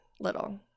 little